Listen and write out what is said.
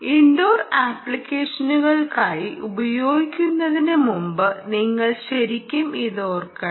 indoor അപ്ലിക്കേഷനുകൾക്കായി ഉപയോഗിക്കുന്നതിന് മുമ്പ് നിങ്ങൾ ശരിക്കും ഇതോർക്കണം